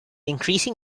increasing